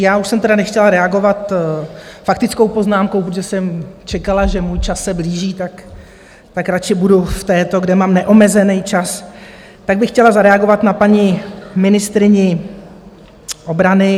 Já už jsem tedy nechtěla reagovat faktickou poznámkou, protože jsem čekala, že můj čas se blíží, tak pak radši budu v této, kde mám neomezený čas, tak bych chtěla zareagovat na paní ministryni obrany.